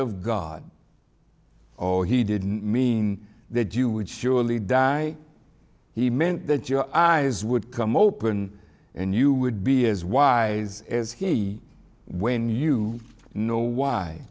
of god or he didn't mean that you would surely die he meant that your eyes would come open and you would be as wise as he when you know why